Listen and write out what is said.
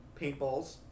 paintballs